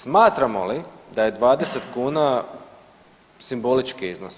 Smatramo li da je 20 kuna simbolički iznos?